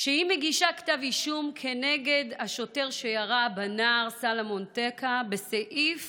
שהיא מגישה כתב אישום נגד השוטר שירה בנער סלומון טקה בסעיף